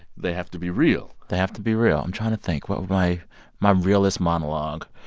they have to be real they have to be real. i'm trying to think what would my my realist monologue